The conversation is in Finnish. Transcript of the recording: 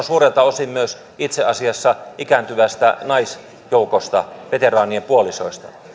suurelta osin myös itse asiassa ikääntyvästä naisjoukosta veteraanien puolisoista